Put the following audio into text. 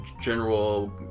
General